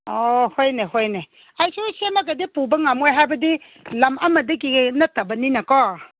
ꯑꯣ ꯍꯣꯏꯅꯦ ꯍꯣꯏꯅꯦ ꯑꯩꯁꯨ ꯁꯦꯝꯃꯒꯗꯤ ꯄꯨꯕ ꯉꯝꯃꯣꯏ ꯍꯥꯏꯕꯗꯤ ꯂꯝ ꯑꯃꯗꯒꯤ ꯅꯠꯇꯕꯅꯤꯅꯀꯣ